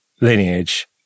Lineage